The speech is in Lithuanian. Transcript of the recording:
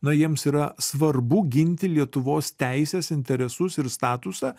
na jiems yra svarbu ginti lietuvos teises interesus ir statusą